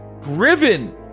driven